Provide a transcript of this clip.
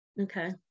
Okay